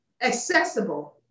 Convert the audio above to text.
accessible